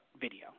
video